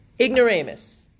ignoramus